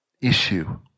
issue